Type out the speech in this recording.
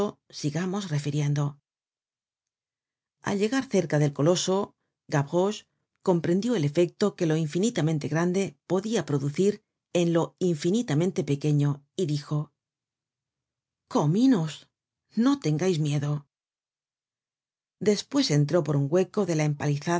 search generated at al llegar cerca del coloso gavroche comprendió el efecto que lo infinitamente grande podia producir en lo infinitamente pequeño y dijo cominos no tengais miedo n despues entró por un hueco de la